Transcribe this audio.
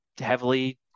heavily